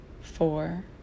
four